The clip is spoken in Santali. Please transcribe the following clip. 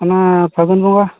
ᱚᱱᱟ ᱯᱷᱟᱹᱜᱩᱱ ᱵᱚᱸᱜᱟ